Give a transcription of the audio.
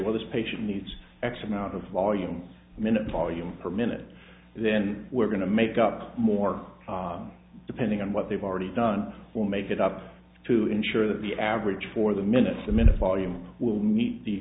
well this patient needs x amount of volume minute volume per minute then we're going to make up more depending on what they've already done we'll make it up to ensure that the average for the minutes the minutes volume will meet the